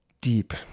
deep